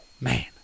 man